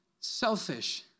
selfish